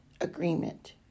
agreement